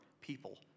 people